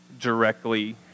directly